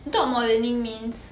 dog modelling means